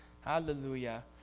Hallelujah